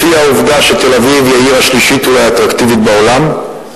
לפי העובדה שתל-אביב היא העיר השלישית האטרקטיבית בעולם,